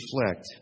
reflect